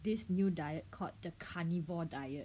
this new diet called the carnivore diet